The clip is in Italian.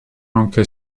nonché